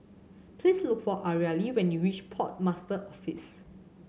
please look for Areli when you reach Port Master's Office